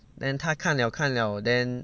then 他看了看了 then